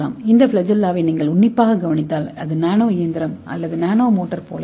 இந்த ஃபிளாஜெல்லாவை நீங்கள் உன்னிப்பாக கவனித்தால் அது நானோ இயந்திரம் அல்லது நானோ மோட்டார் போல இருக்கும்